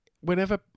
whenever